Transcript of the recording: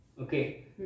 Okay